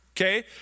Okay